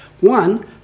One